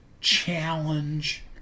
challenge